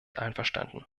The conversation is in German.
einverstanden